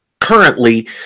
currently